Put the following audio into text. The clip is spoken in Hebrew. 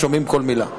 שומעים כל מילה.